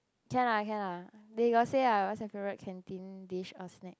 can lah can lah they got say lah what's your favourite canteen dish or snack